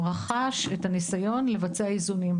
רכש את הניסיון לבצע איזונים,